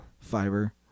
Fiber